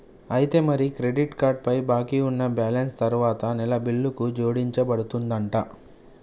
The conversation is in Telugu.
అయితే మరి క్రెడిట్ కార్డ్ పై బాకీ ఉన్న బ్యాలెన్స్ తరువాత నెల బిల్లుకు జోడించబడుతుందంట